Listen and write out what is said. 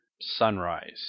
Sunrise